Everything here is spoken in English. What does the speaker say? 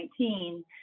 2019